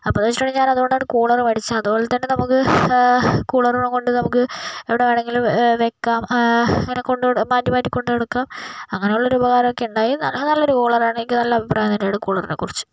അപ്പോഴെന്ന് വെച്ചിട്ടുണ്ടെങ്കിൽ അതുകൊണ്ടാണ് ഞാൻ കൂളർ അതുപോലെതന്നെ നമുക്ക് കൂളർ കൊണ്ട് നമുക്ക് എവിടെ വേണമെങ്കിലും വെയ്ക്കാം അങ്ങനെ മാറ്റി മാറ്റി കൊണ്ട് നടക്കാം അങ്ങനെയുള്ള ഒരു ഉപകാരം ഒക്കെ ഉണ്ടായി നല്ല നല്ല അഭിപ്രായമാണ് എനിക്ക് കൂളറിനെ കുറിച്ച്